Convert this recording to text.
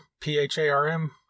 P-H-A-R-M